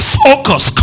focus